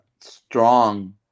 strong